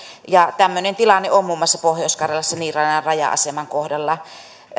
tämmöinen tilanne on muun muassa pohjois karjalassa niiralan raja aseman kohdalla